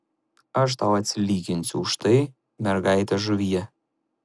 aš tau atsilyginsiu už tai mergaite žuvie